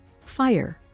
fire